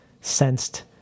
sensed